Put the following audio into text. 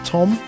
Tom